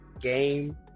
game